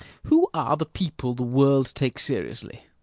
who are the people the world takes seriously?